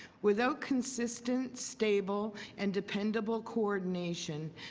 without consistent stable and dependable coordination,